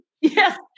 Yes